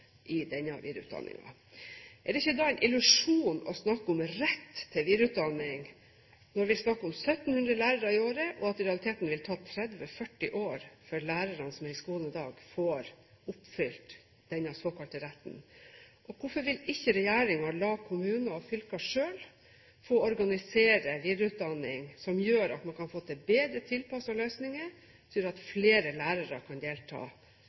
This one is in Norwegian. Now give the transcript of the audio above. i denne videreutdanningen. Er det ikke da en illusjon å snakke om rett til videreutdanning, når vi snakker om 1 700 lærere i året, og at det i realiteten vil ta 30–40 år før lærerne som er i skolen i dag, får oppfylt denne såkalte retten? Hvorfor vil ikke regjeringen la kommuner og fylker selv få organisere videreutdanning, som gjør at man kan få til bedre tilpassede løsninger og at flere lærere kan delta?